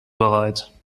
bereit